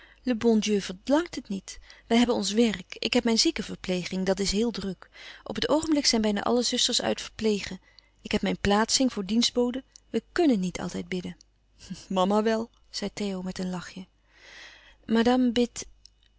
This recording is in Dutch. verlangt het niet wij hebben ons werk ik heb mijn ziekenverpleging dat is heel druk op het oogenblik zijn bijna alle zusters uit verplegen ik heb mijn plaatsing voor dienstboden wij kùnnen niet altijd bidden mama wel zei theo met een lachje